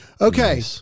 Okay